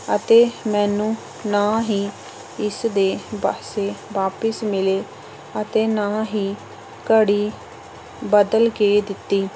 ਅਤੇ ਮੈਨੂੰ ਨਾ ਹੀ ਇਸਦੇ ਪੈਸੇ ਵਾਪਿਸ ਮਿਲੇ ਅਤੇ ਨਾ ਹੀ ਘੜੀ ਬਦਲ ਕੇ ਦਿੱਤੀ